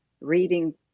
reading